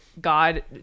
God